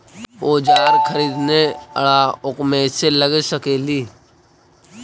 क्या ओजार खरीदने ड़ाओकमेसे लगे सकेली?